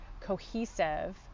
cohesive